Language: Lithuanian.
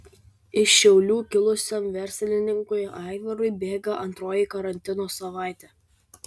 iš šiaulių kilusiam verslininkui aivarui bėga antroji karantino savaitė